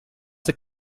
der